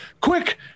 Quick